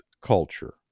culture